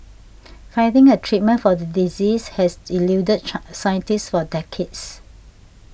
finding a treatment for the disease has eluded trans scientists for decades